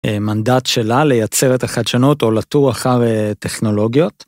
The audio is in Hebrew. מנדט שלה לייצר את החדשנות או לתור אחר טכנולוגיות.